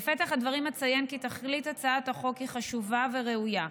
בפתח הדברים אציין כי תכלית הצעת החוק היא חשובה וראויה,